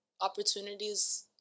opportunities